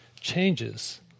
changes